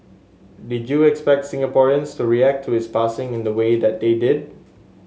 did you expect Singaporeans to react to his passing in the way that they did